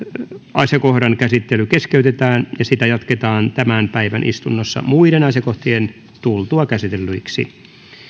asiakohdan käsittely keskeytetään ja sitä jatketaan tämän päivän istunnossa muiden asiakohtien tultua käsitellyiksi jos